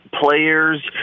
players